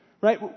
right